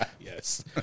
Yes